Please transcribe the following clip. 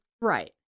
Right